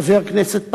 חבר כנסת פלמוני,